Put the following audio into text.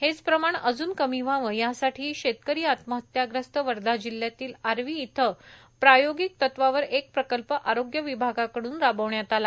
हेच प्रमाण अजून कमी व्हावं यासाठी शेतकरी आत्महत्या ग्रस्त वर्धा जिल्यातील आर्वी इथं प्रायोगिक तत्वावर एक प्रकल्प आरोग्य विभागाकड्रन राबवण्यात आला